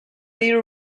little